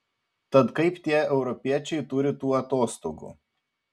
tad kaip tie europiečiai turi tų atostogų